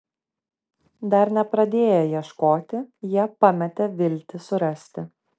dar nepradėję ieškoti jie pametė viltį surasti